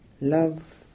Love